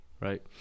right